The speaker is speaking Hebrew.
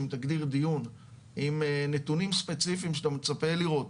אם תגדיר דיון עם נתונים ספציפיים שאתה מצפה לראות,